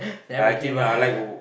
never give up